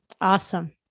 Awesome